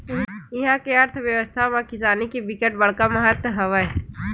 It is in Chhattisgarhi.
इहा के अर्थबेवस्था म किसानी के बिकट बड़का महत्ता हवय